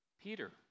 Peter